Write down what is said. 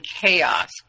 chaos